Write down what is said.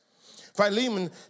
Philemon